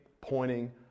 pointing